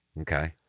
Okay